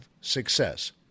success